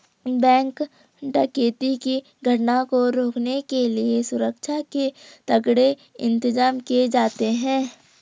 bank डकैती की घटना को रोकने के लिए सुरक्षा के तगड़े इंतजाम किए जाते हैं